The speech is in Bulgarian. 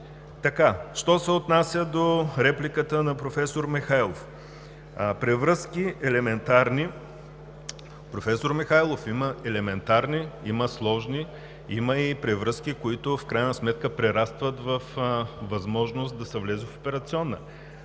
Що се отнася до репликата на професор Михайлов „елементарни превръзки“. Професор Михайлов, има елементарни, има сложни, има и превръзки, които в крайна сметка прерастват във възможност да се влезе в операционна.